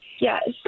Yes